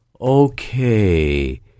Okay